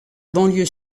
banlieue